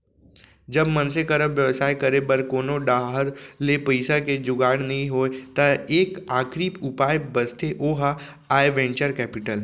जब मनसे करा बेवसाय करे बर कोनो डाहर ले पइसा के जुगाड़ नइ होय त एक आखरी उपाय बचथे ओहा आय वेंचर कैपिटल